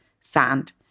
sand